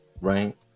right